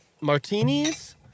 martinis